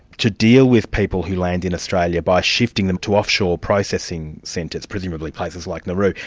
to deal with people who land in australia by shifting them to offshore processing centres, presumably places like nauru,